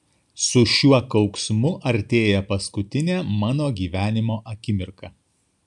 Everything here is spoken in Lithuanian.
su šiuo kauksmu artėja paskutinė mano gyvenimo akimirka